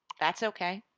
that's okay.